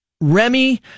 Remy